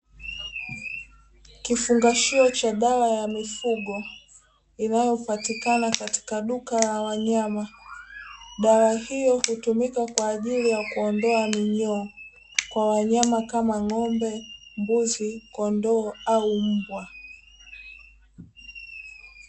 Kifungashio cha dawa ya mifugo inayopatikana katika duka la wanyama, dawa hiyo hutumika kwa ajili ya kuondoa minyoo kwa wanyama kama ng'ombe, mbuzi, kondoo au mbwa.